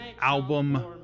album